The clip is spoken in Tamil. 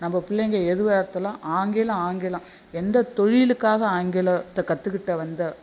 நம்ம பிள்ளைங்க எதுவாக எடுத்தாலும் ஆங்கிலம் ஆங்கிலம் எந்த தொழிலுக்காக ஆங்கிலத்தை கற்றுக்கிட்ட வந்த